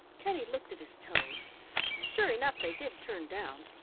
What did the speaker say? teddy looked at his toes and sure enough they did turn down.